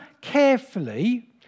carefully